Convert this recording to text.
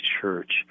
church